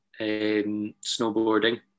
snowboarding